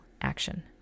action